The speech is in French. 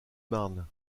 marne